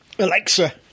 Alexa